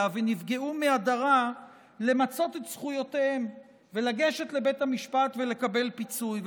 ונפגעו מהדרה למצות את זכויותיהם ולגשת לבית המשפט ולקבל פיצוי.